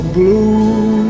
blue